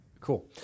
Cool